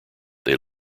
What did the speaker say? they